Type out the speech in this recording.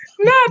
No